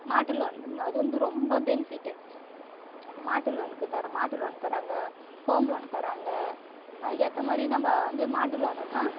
மாட்டு லோன் அது வந்து ரொம்ப பெனிஃபிட்டு மாட்டு லோனுக்கு தர மாட்டு லோன் தர்றாங்க ஹோம் லோன் தர்றாங்க அதுக்கேற்ற மாதிரி நம்ப வந்து மாட்டு லோனுன்னால்